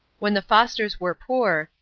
when the fosters were poor,